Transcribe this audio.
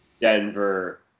Denver